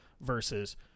versus